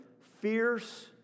fierce